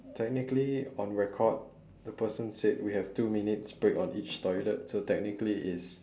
technically on record the person said we have two minutes breaks on each toilet so technically it's